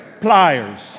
Pliers